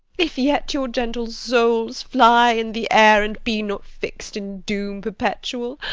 if yet your gentle souls fly in the air and be not fix'd in doom perpetual,